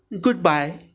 goodbye